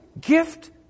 gift